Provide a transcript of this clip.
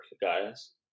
guys